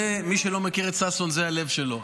מי שלא מכיר את ששון, זה הלב שלו.